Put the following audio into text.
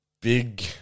Big